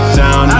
down